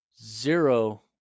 zero